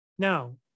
Now